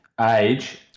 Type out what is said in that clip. Age